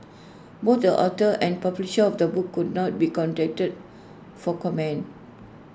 both the author and publisher of the book could not be contacted for comment